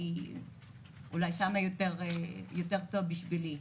כי אולי שם יהיה יותר טוב בשבילי,